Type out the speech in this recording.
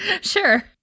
sure